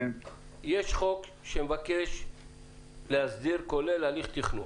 יש חוק שמבקש להסדיר, כולל הליך תכנון.